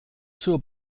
zur